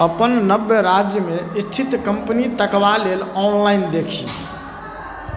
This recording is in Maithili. अपन नव राज्यमे स्थित कम्पनी तकबा लेल ऑनलाइन देखी